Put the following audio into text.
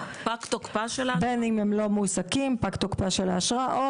פג תוקפה של האשרה,